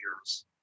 years